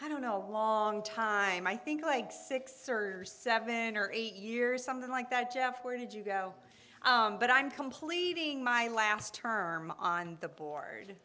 i don't know a long time i think like six or seven or eight years something like that jeff where did you go but i'm completing my last term on the board